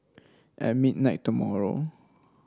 at midnight tomorrow